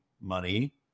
money